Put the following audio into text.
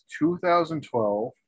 2012